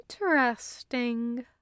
Interesting